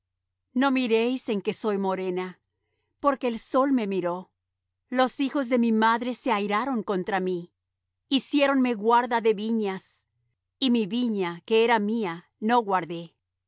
no miréis en que soy morena porque el sol me miró los hijos de mi madre se airaron contra mí hiciéronme guarda de viñas y mi viña que era mía no guardé